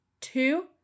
Two